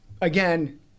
again